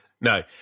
No